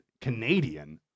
Canadian